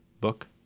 book